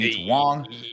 Wong